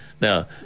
Now